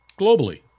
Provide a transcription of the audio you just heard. globally